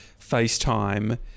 FaceTime